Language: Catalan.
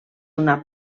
una